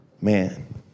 Man